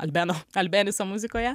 albeno albeneso muzikoje